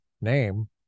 name